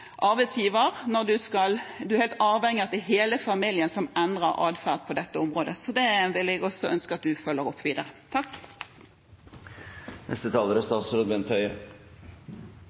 arbeidsgiver når en er helt avhengig av at det er hele familien som endrer adferd på dette området. Så det vil jeg også ønske at du følger opp videre. Jeg enig med representanten i at det er